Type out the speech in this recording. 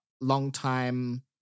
longtime